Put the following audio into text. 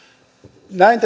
näin